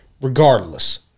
regardless